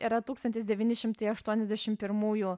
yra tūkstantis devyni šimtai aštuoniasdešim pirmųjų